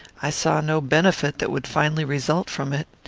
i saw no benefit that would finally result from it.